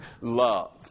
love